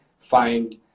find